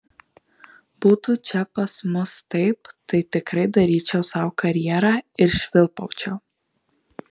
būtų čia pas mus taip tai tikrai daryčiau sau karjerą ir švilpaučiau